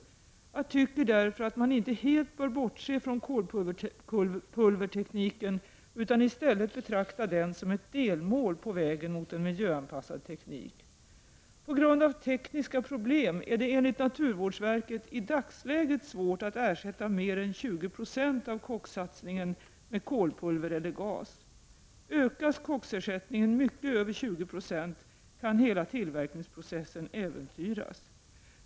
Jag tycker därför att man inte helt bör bortse från kolpulvertekniken utan i stället betrakta den som ett delmål på vägen mot en miljöanpassad teknik. På grund av tekniska problem är det enligt naturvårdsverket i dagsläget svårt att ersätta mer än 20 90 av kokssatsningen med kolpulver eller gas. Ökas koksersättningen mycket över 2090 kan hela tillverkningsprocessen äventyras.